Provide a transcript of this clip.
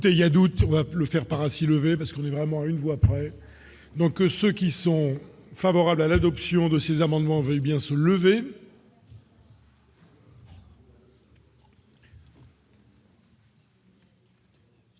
écoutez, il y a doute le Faire-part ainsi lever parce qu'on est vraiment une voie donc ceux qui sont favorables à l'adoption de ces amendements veuillent bien se lever.